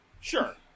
Sure